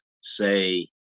say